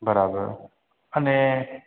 बराबरि अने